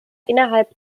innerhalb